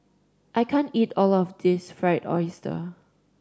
I can't eat all of this Fried Oyster